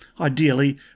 ideally